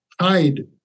hide